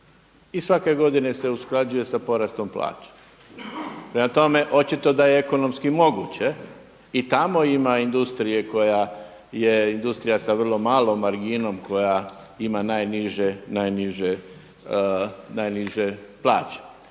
i svake godine se usklađuje sa porastom plaća. Prema tome, očito da je ekonomski moguće. I tamo ima industrije koja je industrija sa vrlo malom marginom koja ima najniže plaće.